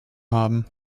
haben